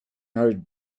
hurried